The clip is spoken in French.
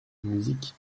musique